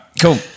Cool